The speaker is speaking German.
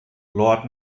lord